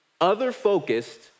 other-focused